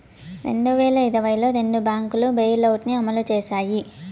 రెండు వేల ఇరవైలో రెండు బ్యాంకులు బెయిలౌట్ ని అమలు చేశాయి